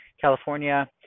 California